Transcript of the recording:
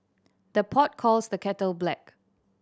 the pot calls the kettle black